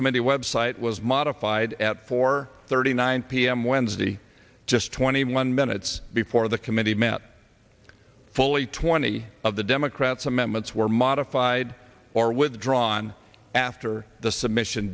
committee website was modified at four thirty nine pm wednesday just twenty one minutes before the committee met fully twenty of the democrats amendments were modified or withdrawn after the submission